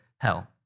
hell